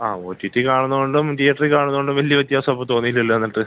ആ O T T കാണുന്നതു കൊണ്ടും റ്റിയേറ്ററിൽ കാണുന്നതു കൊണ്ടും വലിയ വ്യത്യാസം നമുക്ക് തോന്നിയില്ലല്ലോ എന്നിട്ട്